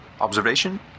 observation